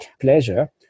pleasure